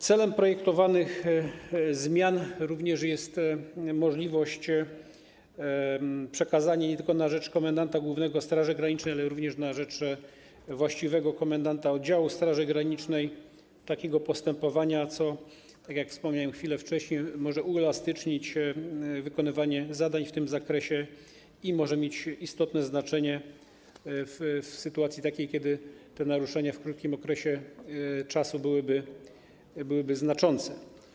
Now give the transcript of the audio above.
Celem projektowanych zmian jest również umożliwienie przekazania nie tylko na rzecz komendanta głównego Straży Granicznej, lecz również na rzecz właściwego komendanta oddziału Straży Granicznej takiego postępowania co, tak jak wspomniałem chwilę wcześniej, może uelastycznić wykonywanie zadań w tym zakresie i może mieć istotne znaczenie w sytuacji, kiedy naruszenia w krótkim okresie byłyby znaczące.